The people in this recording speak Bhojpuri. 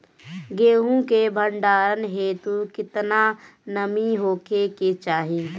गेहूं के भंडारन हेतू कितना नमी होखे के चाहि?